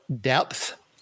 depth